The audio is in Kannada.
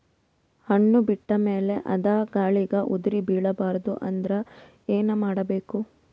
ಹಣ್ಣು ಬಿಟ್ಟ ಮೇಲೆ ಅದ ಗಾಳಿಗ ಉದರಿಬೀಳಬಾರದು ಅಂದ್ರ ಏನ ಮಾಡಬೇಕು?